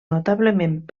notablement